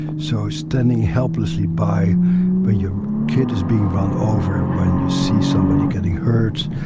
so standing helplessly by when your kid is being run over, when you see somebody getting hurt,